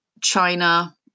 China